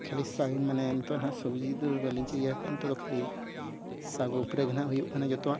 ᱠᱷᱟᱹᱞᱤ ᱥᱟᱭ ᱢᱟᱱᱮ ᱱᱤᱛᱳᱜ ᱱᱟᱦᱟᱸᱜ ᱥᱚᱵᱽᱡᱤ ᱫᱚ ᱵᱟᱹᱞᱤᱧ ᱤᱭᱟᱹ ᱟᱠᱟᱫᱼᱟ ᱱᱤᱛᱳᱜ ᱫᱚ ᱠᱷᱟᱹᱞᱤ ᱥᱟᱠ ᱩᱯᱨᱮ ᱨᱮᱜᱮ ᱱᱟᱦᱟᱸᱜ ᱦᱩᱭᱩᱜ ᱠᱟᱱᱟ ᱡᱚᱛᱚᱣᱟᱜ